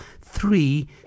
three